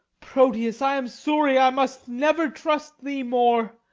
proteus, i am sorry i must never trust thee more,